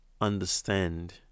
understand